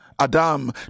Adam